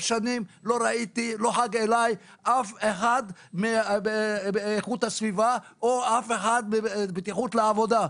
עשר שנים לא ראיתי אף אחד מאיכות הסביבה או אף אחד מבטיחות לעבודה.